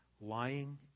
lying